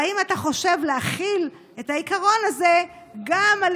האם אתה חושב להחיל את העיקרון הזה גם על